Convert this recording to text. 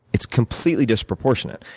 it's completely disproportionate.